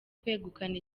kwegukana